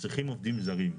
שצריכים עובדים זרים.